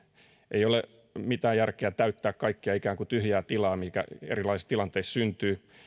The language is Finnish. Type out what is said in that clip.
ei ole mitään järkeä täyttää kaikkea ikään kuin tyhjää tilaa mikä erilaisissa tilanteissa syntyy